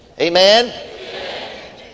Amen